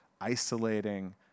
isolating